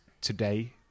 today